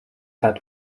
had